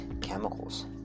chemicals